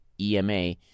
EMA